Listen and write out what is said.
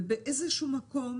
ובאיזה שהוא מקום